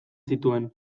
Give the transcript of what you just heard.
zituen